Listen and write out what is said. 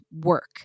work